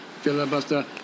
Filibuster